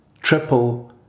triple